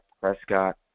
Prescott